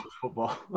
football